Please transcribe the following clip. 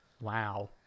Wow